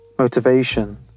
Motivation